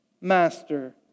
Master